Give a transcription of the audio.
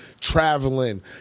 traveling